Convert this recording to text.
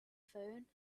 phone